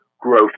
growth